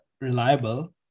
reliable